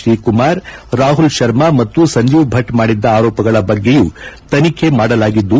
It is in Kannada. ಶ್ರೀಕುಮಾರ್ ರಾಹುಲ್ ಶರ್ಮಾ ಮತ್ತು ಸಂಜೀವ್ ಭೆಟ್ ಮಾಡಿದ್ದ ಆರೋಪಗಳ ಬಗ್ಗೆಯು ತನಿಖೆ ಮಾಡಲಾಗಿದ್ದು